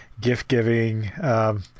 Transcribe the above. gift-giving